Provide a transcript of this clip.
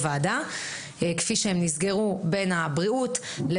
הייתי בוועדה שספי ניהל.